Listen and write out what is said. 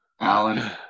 Alan